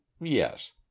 yes